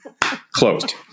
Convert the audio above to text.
closed